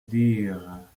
dire